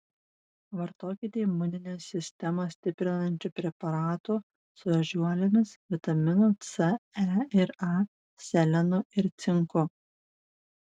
vartokite imuninę sistemą stiprinančių preparatų su ežiuolėmis vitaminu c e ir a selenu ir cinku